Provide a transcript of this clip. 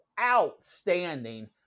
outstanding